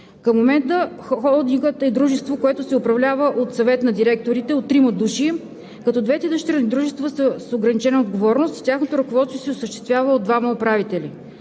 Към момента Холдингът е дружество, което се управлява от Съвет на директорите от трима души, като двете дъщерни дружества са с ограничена отговорност и тяхното ръководство се осъществява от двама управители.